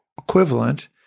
equivalent